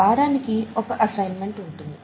వారానికి ఒక అసైన్మెంట్ ఉంటుంది